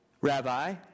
Rabbi